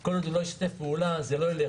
כל עוד הנהג לא ישתף פעולה, זה לא ילך.